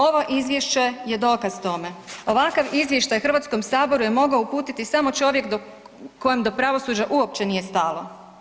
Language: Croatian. Ovo izvješće je dokaz tome, ovakav izvještaj Hrvatskom saboru je mogao uputiti samo čovjek kojem do pravosuđa uopće nije stalo.